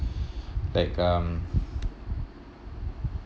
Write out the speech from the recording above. like um